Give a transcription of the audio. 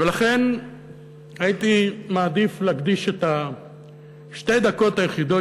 ולכן הייתי מעדיף להקדיש את שתי הדקות היחידות